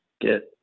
Get